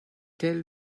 tell